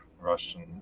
russian